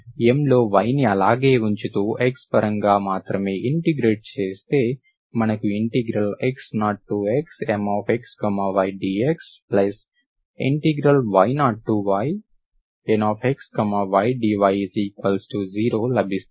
M లో y ని అలాగే ఉంచుతూ x పరంగా మాత్రమే ఇంటిగ్రేట్ చేస్తే మనకు x0xMxy dxy0yNxy dyC లభిస్తుంది